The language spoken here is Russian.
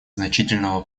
значительного